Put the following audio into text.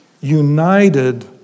united